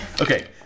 Okay